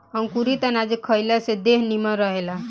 अंकुरित अनाज खइला से देह निमन रहेला